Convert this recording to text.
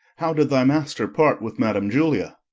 how did thy master part with madam julia?